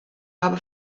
habe